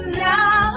now